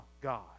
God